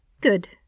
Good